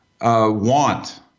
want